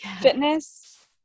fitness